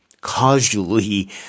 causally